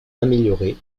améliorer